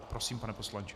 Prosím, pane poslanče.